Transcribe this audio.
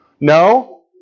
No